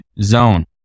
zone